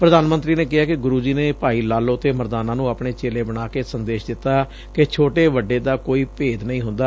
ਪ੍ਧਾਨ ਮੰਤਰੀ ਨੇ ਕਿਹਾ ਕਿ ਗੁਰੂ ਜੀ ਨੇ ਭਾਈ ਲਾਲੋ ਤੇ ਮਰਦਾਨਾ ਨੂੰ ਆਪਣੇ ਚੇਲੇ ਬਣਾ ਕੇ ਸੰਦੇਸ਼ ਦਿੱਤਾ ਕਿ ਛੋਟੇ ਵੱਡੇ ਦਾ ਕੋਈ ਭੇਦ ਨਹੀਂ ਹੁੰਦਾ